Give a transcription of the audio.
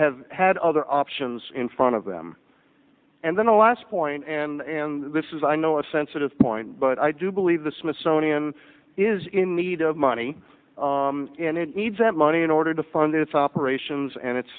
have had other options in front of them and then the last point and this is i know a sensitive point but i do believe the smithsonian is in need of money and it needs that money in order to fund its operations and it